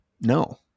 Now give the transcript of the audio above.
No